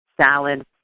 salad